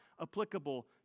applicable